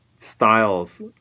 styles